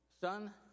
Son